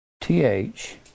t-h